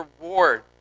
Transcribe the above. reward